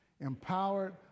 empowered